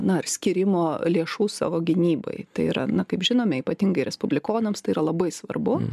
na skyrimo lėšų savo gynybai tai yra na kaip žinome ypatingai respublikonams tai yra labai svarbu